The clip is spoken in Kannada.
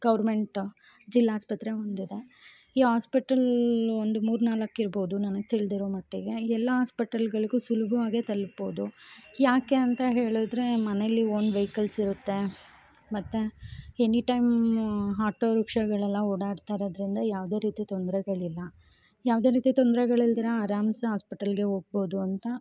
ಗೌರ್ಮೆಂಟ್ ಜಿಲಾಸ್ಪತ್ರೆ ಒಂದಿದೆ ಈ ಆಸ್ಪೆಟಲ್ ಒಂದು ಮೂರ್ನಾಲ್ಕು ಇರ್ಬೌದು ನನಗೆ ತಿಳಿದಿರೋ ಮಟ್ಟಿಗೆ ಎಲ್ಲ ಹಾಸ್ಪಿಟೆಲ್ಗಳಿಗು ಸುಲ್ಬವಾಗಿ ತಲ್ಪೌದು ಯಾಕೆ ಅಂತ ಹೇಳಿದ್ರೆ ಮನೇಲಿ ಓನ್ ವೈಕಲ್ಸ್ ಇರುತ್ತೆ ಮತ್ತು ಎನಿಟೈಮು ಆಟೋರಿಕ್ಷಾಗಳೆಲ್ಲ ಓಡಾಡ್ತಿರೊದ್ರಿಂದ ಯಾವುದೇ ರೀತಿ ತೊಂದರೆಗಳಿಲ್ಲ ಯಾವುದೇ ರೀತಿ ತೊಂದರೆಗಳಿಲ್ದಿರ ಆರಾಮ್ಸೆ ಹಾಸ್ಪೆಟಲ್ಗೆ ಹೋಗ್ಬೋದು ಅಂತ